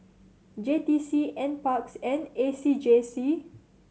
J T C N Parks and A C J C